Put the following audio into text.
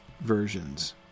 versions